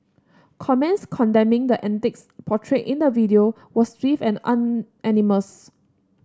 comments condemning the antics portrayed in the video were swift and unanimous